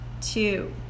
two